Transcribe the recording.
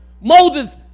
Moses